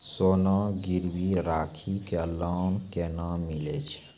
सोना गिरवी राखी कऽ लोन केना मिलै छै?